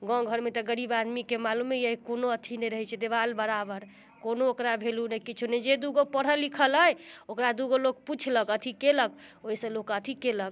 गाँव घरमे तऽ गरीब आदमीके मालूमे यऽ कोनो अथी नहि रहैत छै देवाल बराबर कोनो ओकरा वैल्यू नहि किछु नहि जे दूगो पढ़ल लिखल अइ ओकरा दूगो लोग पूछलक अथी कयलक ओहिसँ लोक अथी कयलक